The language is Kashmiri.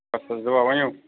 بَس حظ دُعا ؤنِو